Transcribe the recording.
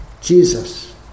Jesus